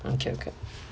okay okay